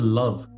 love